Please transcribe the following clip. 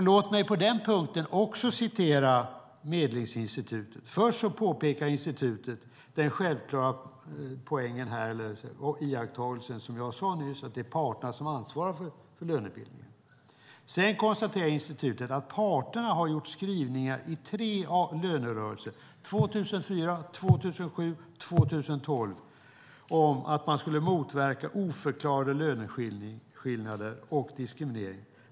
Låt mig på den punkten också referera vad Medlingsinstitutet skriver. Först påpekar institutet den självklara iakttagelsen som jag talade om nyss, nämligen att det är parterna som ansvarar för lönebildningen. Sedan konstaterar institutet att parterna har gjort skrivningar i tre lönerörelser - 2004, 2007 och 2012 - om att man skulle motverka oförklarliga löneskillnader och diskriminering.